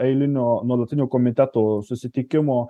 eilinio nuolatinio komiteto susitikimo